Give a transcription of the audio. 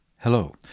Hello